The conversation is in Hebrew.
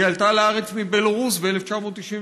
היא עלתה לארץ מבלרוס ב-1991.